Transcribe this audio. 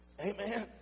Amen